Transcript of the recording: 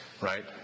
Right